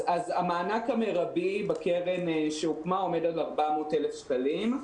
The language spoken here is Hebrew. המענק המרבי בקרן שהוקמה עומד על 400,000 שקלים.